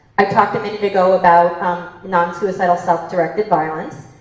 i talked a minute ago about non-suicidal self directed violence,